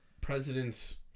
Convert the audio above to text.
presidents